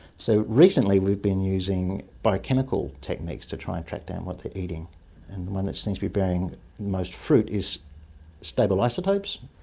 so, recently we've been using biochemical techniques to try and track down what they're eating. and the one that seems to be bearing most fruit is stable isotopes.